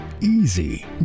easy